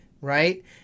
right